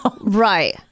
Right